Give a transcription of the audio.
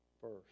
first